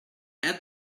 add